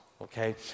Okay